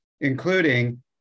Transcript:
including